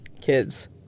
kids